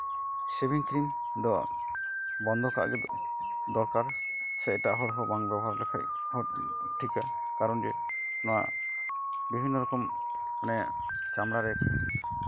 ᱥᱮᱹᱵᱷᱤᱝ cream ᱫᱚ ᱵᱚᱱᱫᱚ ᱠᱟᱜ ᱜᱮ ᱫᱚᱨᱠᱟᱨ ᱥᱮ ᱮᱴᱟᱜ ᱦᱚᱲ ᱦᱚᱸ ᱵᱟᱝ ᱵᱮᱵᱮᱵᱚᱦᱟᱨ ᱞᱮᱠᱷᱟᱡ ᱦᱚᱸ ᱴᱷᱤᱠᱟ ᱠᱟᱨᱚᱱ ᱡᱮ ᱱᱚᱣᱟ ᱵᱤᱵᱷᱤᱱᱱᱚ ᱨᱚᱠᱚᱢ ᱢᱟᱱᱮ ᱪᱟᱢᱲᱟ ᱨᱮ